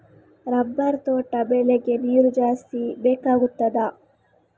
Rubber ತೋಟ ಬೆಳೆಗೆ ನೀರು ಜಾಸ್ತಿ ಬೇಕಾಗುತ್ತದಾ?